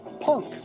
punk